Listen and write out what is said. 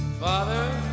Father